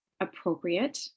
appropriate